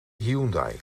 hyundai